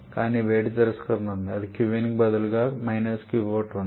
కానీ వేడి తిరస్కరణ ఉంది అది qin కి బదులుగా qout ఉంది